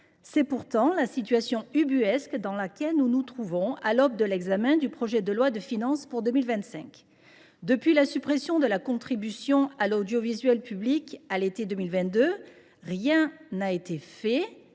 C’est pourtant la situation ubuesque dans laquelle nous nous trouvons, à l’aube de l’examen du projet de loi de finances pour 2025. Depuis la suppression de la contribution à l’audiovisuel public, à l’été 2022, rien n’a été fait